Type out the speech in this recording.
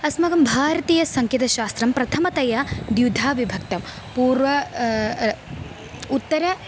अस्माकं भारतीयसङ्गीतशास्त्रं प्रथमतया द्विधा विभक्तं पूर्वम् उत्तरं